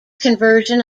conversion